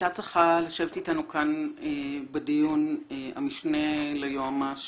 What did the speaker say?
הייתה צריכה לשבת איתנו כאן בדיון המשנה ליועמ"ש,